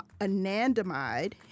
anandamide